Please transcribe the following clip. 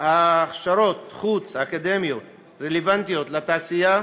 ההכשרות החוץ-אקדמיות הרלוונטיות לתעשייה,